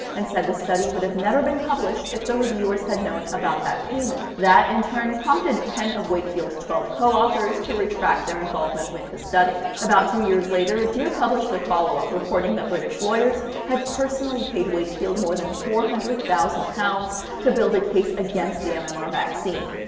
and said the study would have never been published if the reviewers had known about that payment. that, in turn, prompted ten of wakefield's twelve co-authors to retract their involvement with the study. about two years later, deer published a follow up, reporting that british lawyers had personally paid wakefield more than four hundred thousand pounds to build a case against the mmr vaccine.